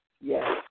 Yes